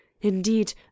indeed